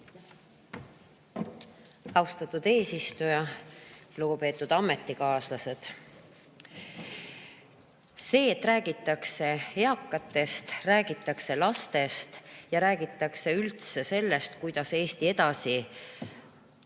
Austatud eesistuja! Lugupeetud ametikaaslased! See, et räägitakse eakatest, räägitakse lastest ja räägitakse üldse sellest, kuidas Eesti edasi